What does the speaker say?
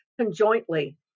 conjointly